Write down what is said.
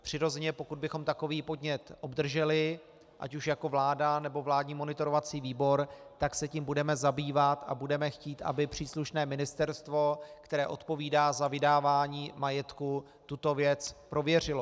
Přirozeně pokud bychom takový podnět obdrželi, ať už jako vláda, nebo vládní monitorovací výbor, tak se tím budeme zabývat a budeme chtít, aby příslušné ministerstvo, které odpovídá za vydávání majetku, tuto věc prověřilo.